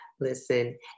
Listen